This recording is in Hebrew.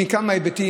בכמה היבטים,